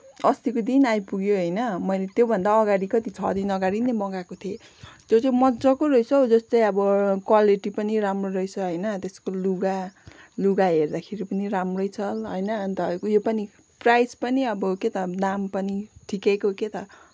अस्तिको दिन आइपुग्यो होइन मैले त्योभन्दा अगाडि कति छ दिन अगाडि नै मगाएको थिएँ त्यो चाहिँ मजाको रहेछ हौ जस्तै अब क्वालिटी पनि राम्रो रहेछ होइन त्यसको लुगा लुगा हेर्दाखेरि पनि राम्रै छ होइन अन्त उयो पनि प्राइस पनि अब के त दाम पनि ठिकैको के त